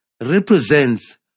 represents